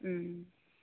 ओम